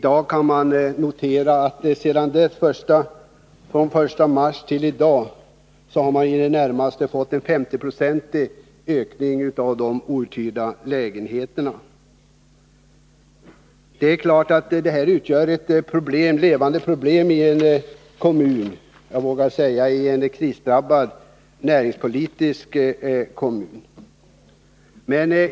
Nu kan det noteras att man från den 1 mars till i dag i det närmaste fått en 50-procentig ökning av de outhyrda lägenheterna. Det är klart att detta utgör ett stort problem i en, jag vågar säga, näringspolitiskt krisdrabbad kommun.